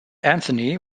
anthony